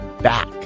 back